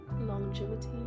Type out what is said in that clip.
longevity